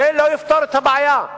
זה לא יפתור את הבעיה.